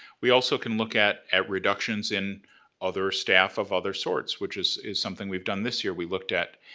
we also can look at at reductions in other staff of other sorts, which is is something we've done this year. we looked at,